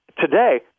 today